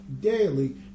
daily